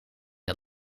het